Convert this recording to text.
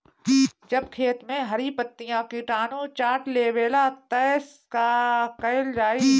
जब खेत मे हरी पतीया किटानु चाट लेवेला तऽ का कईल जाई?